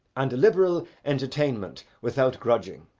and liberal entertainment without grudging,